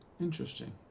Interesting